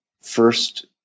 first